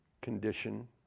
condition